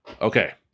Okay